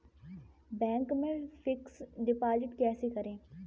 Bank में fix deposit कैसे करें?